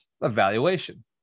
evaluation